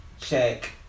check